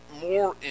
more